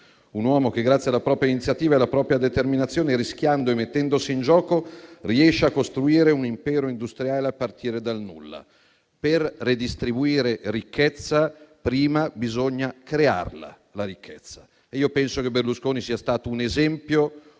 Un uomo che, grazie alla propria iniziativa e alla propria determinazione, rischiando e mettendosi in gioco, riesce a costruire un impero industriale a partire dal nulla. Per redistribuire la ricchezza, prima bisogna crearla e penso che Berlusconi sia stato un esempio